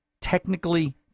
technically